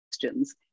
questions